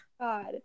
God